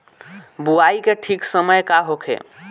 बुआई के ठीक समय का होखे?